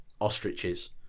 ostriches